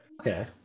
Okay